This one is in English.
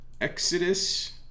Exodus